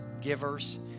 givers